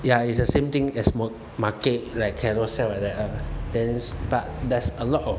ya it's the same thing as mark~ market like Carousell like that ah there's but there's a lot of